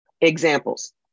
Examples